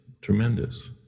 tremendous